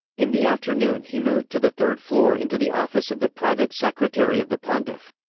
in the afternoon he moved to the third floor into the office of the private secretary of the pontiff.